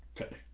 Okay